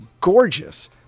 gorgeous